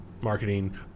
marketing